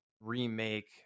remake